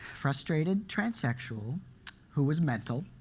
frustrated transsexual who was mental,